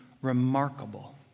remarkable